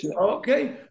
Okay